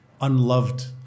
unloved